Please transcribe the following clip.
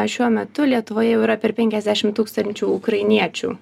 šiuo metu lietuvoje jau yra per penkiasdešim tūkstančių ukrainiečių